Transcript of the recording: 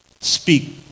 speak